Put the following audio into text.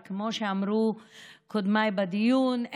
וכמו שאמרו קודמיי בדיון,